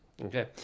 Okay